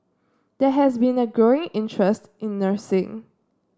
there has been a growing interest in nursing